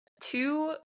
two